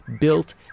built